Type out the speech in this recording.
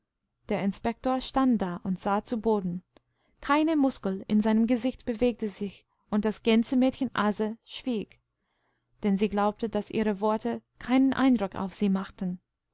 der inspektor stand da und sah zu boden keine muskel in seinem gesicht bewegte sich und das gänsemädchen aase schwieg denn sie glaubte daß ihrewortekeineneindruckaufihnmachten daheimwaresihrgewesen als